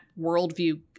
worldview